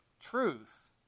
truth